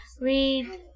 read